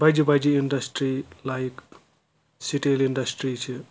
بَجہِ بَجہِ industry like steel industry چھِ